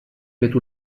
fet